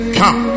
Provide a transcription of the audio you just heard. come